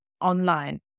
online